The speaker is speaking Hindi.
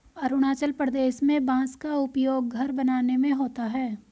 अरुणाचल प्रदेश में बांस का उपयोग घर बनाने में होता है